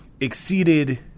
exceeded